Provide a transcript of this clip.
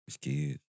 kids